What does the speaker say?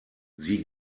sie